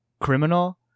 criminal